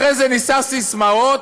אחרי זה נישא ססמאות: